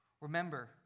Remember